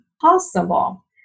possible